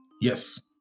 yes